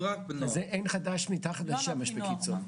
אז אין חדש מתחת לשמש בקיצור,